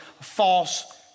false